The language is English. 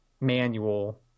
manual